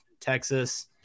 Texas